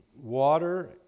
Water